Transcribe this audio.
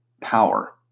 power